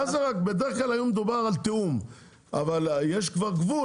בדרך כלל מדובר על תיאום אבל יש כבר גבול.